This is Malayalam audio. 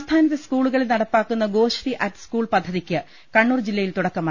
സംസ്ഥാനത്തെ സ്കൂളുകളിൽ നടപ്പാക്കുന്ന ഗോശ്രീ അറ്റ് സ്കൂൾ പദ്ധതിക്ക് കണ്ണൂർ ജില്ലയിൽ തുടക്കമായി